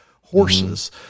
horses